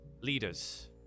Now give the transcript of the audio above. leaders